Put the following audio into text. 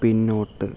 പിന്നോട്ട്